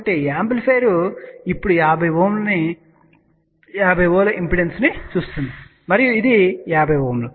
కాబట్టి యాంప్లిఫైయర్ ఇప్పుడు 50 Ω ఇంపిడెన్స్ ను చూస్తుంది మరియు ఇది 50 Ω